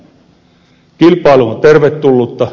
kilpailu on tervetullutta